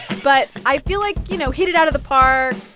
but i feel like you know, hit it out of the park